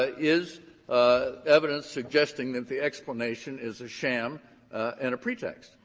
is evidence suggesting that the explanation is a sham and a pretext.